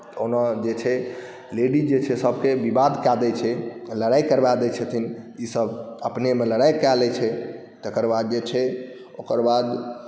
ओना जे छै लेडीज जे छै सभके विवाद कए दैत छै लड़ाइ करवा दैत छथिन ईसभ अपनेमे लड़ाइ कए लैत छै तकर बाद जे छै ओकर बाद